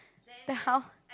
then how